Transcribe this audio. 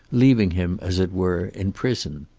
leaving him as it were in prison.